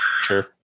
sure